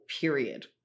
period